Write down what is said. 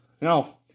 No